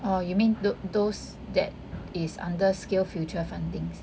orh you mean look those that is under skillsfuture fundings